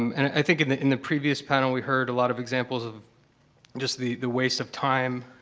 um and i think in the in the previous panel, we heard a lot of examples of just the the waste of time,